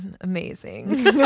amazing